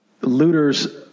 looters